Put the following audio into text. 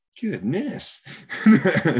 Goodness